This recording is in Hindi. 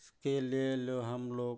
इसके लिए लो हमलोग